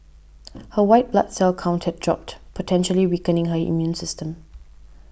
her white blood cell count had dropped potentially weakening her immune system